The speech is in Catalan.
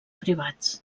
privats